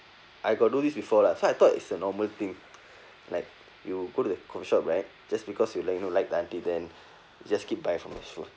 I got do this before lah so I thought is a normal thing like you go to the coffee shop right just because you like you know like the auntie then just keep buy from her